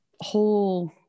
whole